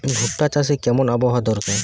ভুট্টা চাষে কেমন আবহাওয়া দরকার?